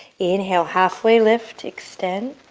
inhale, halfway lift extend.